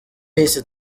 yise